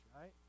right